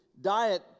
diet